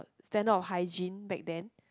standard of hygiene back then